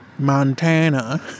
montana